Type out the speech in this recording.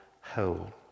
whole